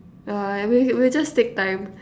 uh we we'll just take time